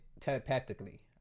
telepathically